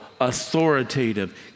authoritative